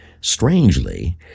Strangely